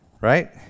right